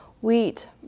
Wheat